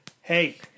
Hey